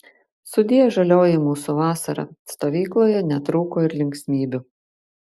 sudie žalioji mūsų vasara stovykloje netrūko ir linksmybių